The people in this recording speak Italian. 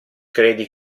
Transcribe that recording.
credi